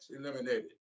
eliminated